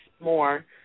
more